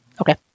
Okay